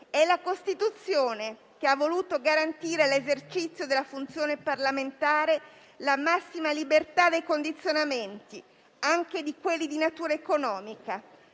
È la Costituzione che ha voluto garantire all'esercizio della funzione parlamentare la massima libertà dai condizionamenti, anche di quelli di natura economica.